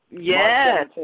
Yes